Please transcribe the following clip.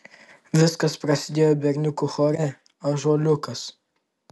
viskas prasidėjo berniukų chore ąžuoliukas